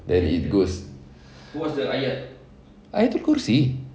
then it goes ayatul kursi